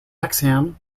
hexham